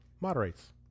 Moderates